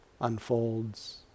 unfolds